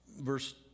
verse